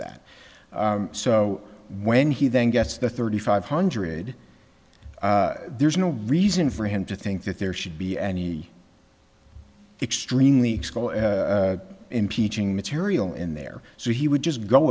that so when he then gets the thirty five hundred there's no reason for him to think that there should be any extremely impeaching material in there so he would just go